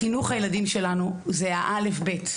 חינוך הילדים שלנו זה האל"ף-בי"ת.